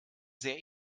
sehr